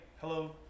hello